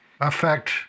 affect